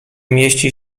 mieści